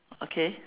okay